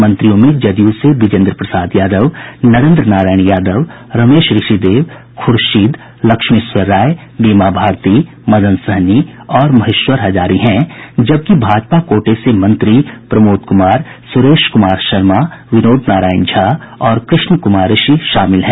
मंत्रियों में जदयू से बिजेंद्र प्रसाद यादव नरेंद्र नारायण यादव रमेश ऋषिदेव खूर्शीद उर्फ फिरोज अहमद लक्ष्मेश्वर राय बीमा भारती मदन सहनी और महेश्वर हजारी हैं जबकि भाजपा कोटे से मंत्री प्रमोद कुमार सुरेश कुमार शर्मा विनोद नारायण झा और कृष्ण कुमार ऋषि शामिल हैं